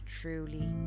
truly